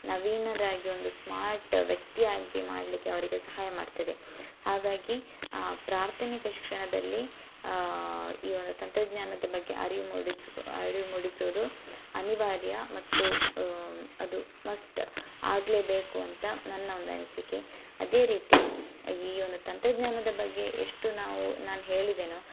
ನವೀನರಾಗಿ ಒಂದು ಸ್ಮಾರ್ಟ್ ವ್ಯಕ್ತಿ ಆಗಿ ಮಾಡಲಿಕ್ಕೆ ಅವರಿಗೆ ಸಹಾಯ ಮಾಡ್ತದೆ ಹಾಗಾಗಿ ಪ್ರಾಥಮಿಕ ಶಿಕ್ಷಣದಲ್ಲಿ ಈ ಒಂದು ತಂತ್ರಜ್ಞಾನದ ಬಗ್ಗೆ ಅರಿವು ಮೂಡಿಸು ಅರಿವು ಮೂಡಿಸುವುದು ಅನಿವಾರ್ಯ ಮತ್ತು ಅದು ಮಸ್ಟ್ ಆಗಲೇಬೇಕು ಅಂತ ನನ್ನ ಒಂದು ಅನಿಸಿಕೆ ಅದೇ ರೀತಿ ಈ ಒಂದು ತಂತ್ರಜ್ಞಾನದ ಬಗ್ಗೆ ಎಷ್ಟು ನಾವು ನಾನು ಹೇಳಿದೆನೊ